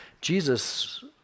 Jesus